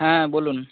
হ্যাঁ বলুন